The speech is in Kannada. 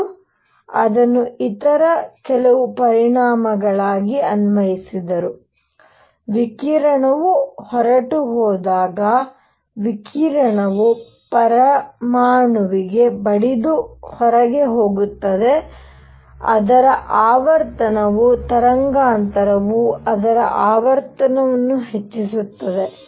ಅವರು ಅದನ್ನು ಇತರ ಕೆಲವು ಪರಿಣಾಮಗಳಿಗೆ ಅನ್ವಯಿಸಿದರುವಿಕಿರಣವು ಹೊರಟುಹೋದಾಗ ವಿಕಿರಣವು ಪರಮಾಣುವಿಗೆ ಬಡಿದು ಹೊರಗೆ ಹೋದಾಗ ಅದರ ಆವರ್ತನವು ತರಂಗಾಂತರವು ಅದರ ಆವರ್ತನವನ್ನು ಹೆಚ್ಚಿಸುತ್ತದೆ